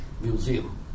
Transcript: Museum